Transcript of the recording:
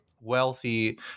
wealthy